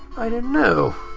i don't know.